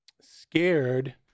scared